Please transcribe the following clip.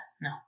no